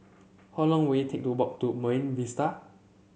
how long will it take to walk to Marine Vista